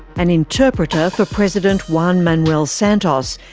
an interpreter for president juan manuel santos,